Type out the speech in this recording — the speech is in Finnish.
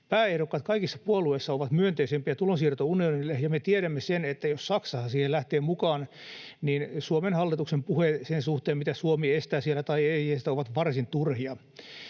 Pääehdokkaat kaikissa puolueissa ovat myönteisempiä tulonsiirto-unionille, ja me tiedämme sen, että jos Saksa siihen lähtee mukaan, niin Suomen hallituksen puheet sen suhteen, mitä Suomi siellä estää tai ei estä, ovat varsin turhia.